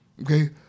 Okay